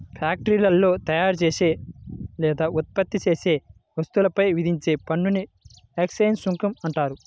ఫ్యాక్టరీలో తయారుచేసే లేదా ఉత్పత్తి చేసే వస్తువులపై విధించే పన్నుని ఎక్సైజ్ సుంకం అంటారు